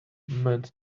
meant